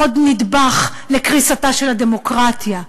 עוד נדבך בקריסתה של הדמוקרטיה,